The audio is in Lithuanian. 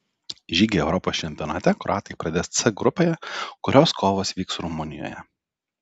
žygį europos čempionate kroatai pradės c grupėje kurios kovos vyks rumunijoje